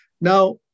Now